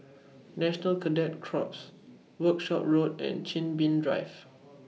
National Cadet Corps Workshop Road and Chin Bee Drive